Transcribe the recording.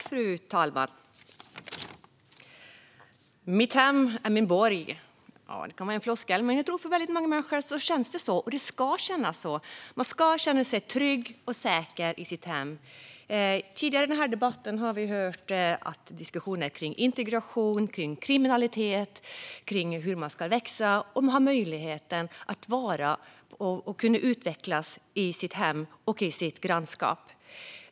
Fru talman! Mitt hem är min borg. Det kan vara en floskel, men jag tror ändå att det känns så för många människor. Och det ska kännas så. Man ska känna sig trygg och säker i sitt hem. Tidigare i den här debatten har vi hört diskussioner om integration och kriminalitet och om att man ska växa och ha möjligheten att utvecklas i sitt hem och i sitt grannskap.